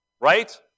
Right